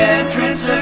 entrance